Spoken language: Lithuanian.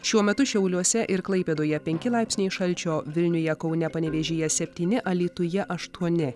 šiuo metu šiauliuose ir klaipėdoje penki laipsniai šalčio vilniuje kaune panevėžyje septyni alytuje aštuoni